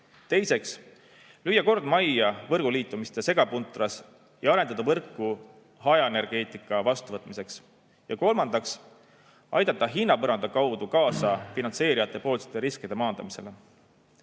[tuleb] lüüa kord majja võrguliitumiste segapuntras ja arendada võrku hajaenergeetika vastuvõtmiseks. Ja kolmandaks [tuleb] aidata hinnapõranda kaudu kaasa finantseerijate riskide maandamisele.